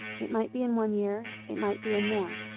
it might be in one year, it might be in more,